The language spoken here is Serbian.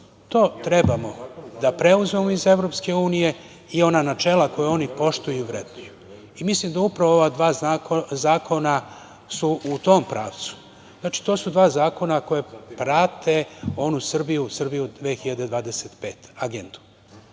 to trebamo da preuzmemo iz EU i ona načela koja oni poštuju i vrednuju. Mislim da su upravo ova dva zakona u tom pravcu. Znači, to su dva zakona koje prate onu Srbiju, Srbiju u 2025, agendu.